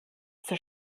zur